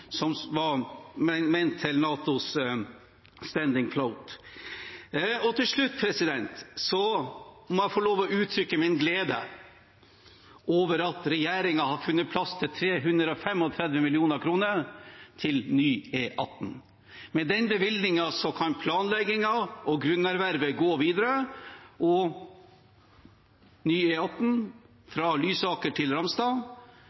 til NATOs stående flåte. Til slutt må jeg få lov til å uttrykke min glede over at regjeringen har funnet plass til 335 mill. kr til ny E18. Med den bevilgningen kan planleggingen og grunnervervet gå videre, og ny